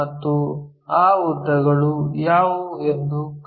ಮತ್ತು ಆ ಉದ್ದಗಳು ಯಾವುವು ಎಂದು ಕಂಡುಕೊಳ್ಳೋಣ